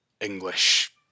English